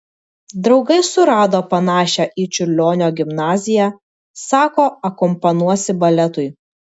draugai surado panašią į čiurlionio gimnaziją sako akompanuosi baletui